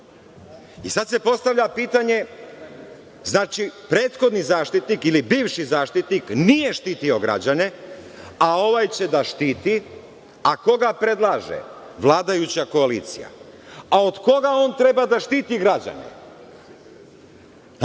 Sad se postavlja pitanje, znači, prethodni Zaštitnik ili bivši Zaštitnik nije štitio građane, a ovaj će da štiti, a ko ga predlaže? Vladajuća koalicija. A od koga on treba da štiti građane? Zadatak